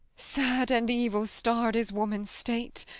sad and evil-starred is woman's state.